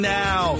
now